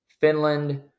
Finland